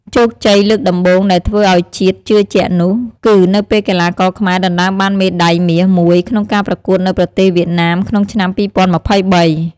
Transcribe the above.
ជោគជ័យលើកដំបូងដែលធ្វើឱ្យជាតិជឿជាក់នោះ គឺនៅពេលកីឡាករខ្មែរដណ្តើមបានមេដាយមាសមួយក្នុងការប្រកួតនៅប្រទេសវៀតណាមក្នុងឆ្នាំ ២០២៣។